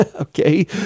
Okay